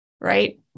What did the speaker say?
Right